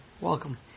Welcome